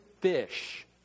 fish